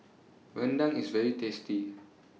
Rendang IS very tasty